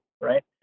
right